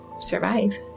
survive